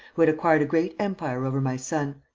who had acquired a great empire over my son.